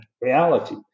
reality